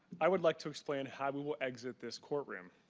i would like to explain how we will exit this court room.